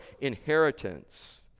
inheritance